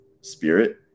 spirit